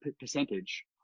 percentage